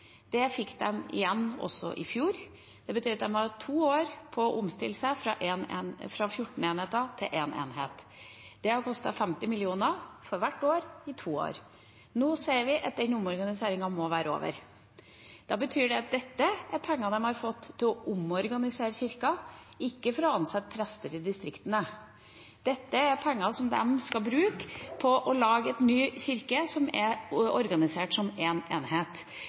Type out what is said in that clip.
det fikk de også i fjor. Det betyr at de har hatt to år på å omstille seg fra 14 enheter til 1 enhet. Det har kostet 50 mill. kr for hvert år i to år. Nå sier vi at den omorganiseringen må være over. Det betyr at dette er penger de har fått til å omorganisere Kirken, ikke til å ansette prester i distriktene. Dette er penger som de skal bruke på å lage en ny kirke som er organisert som én enhet.